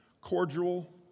cordial